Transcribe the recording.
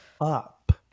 up